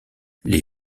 les